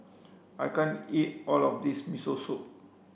I can't eat all of this Miso Soup